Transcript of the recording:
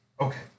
Okay